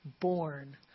born